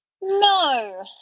No